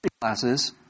classes